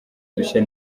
udushya